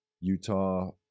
Utah